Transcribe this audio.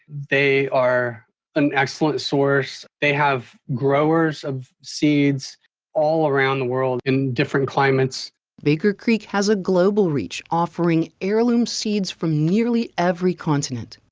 they are an excellent source. they have growers of seeds all around the world in different climates baker creek has a global reach offering heirloom seeds from nearly every continent.